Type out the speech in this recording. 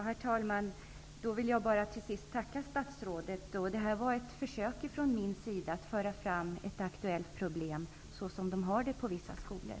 Herr talman! Jag vill då bara tacka statsrådet. Detta var ett försök från min sida att föra fram ett aktuellt problem som förekommer på vissa skolor.